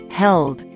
held